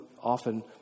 often